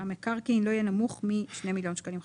המקרקעין לא יהיה נמוך משני מיליון שקלים חדשים'.